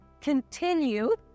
continue